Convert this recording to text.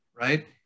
right